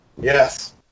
Yes